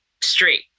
straight